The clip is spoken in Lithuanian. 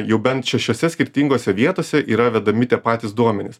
jau bent šešiose skirtingose vietose yra vedami tie patys duomenys